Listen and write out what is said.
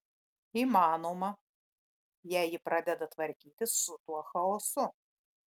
įmanoma jei ji pradeda tvarkytis su tuo chaosu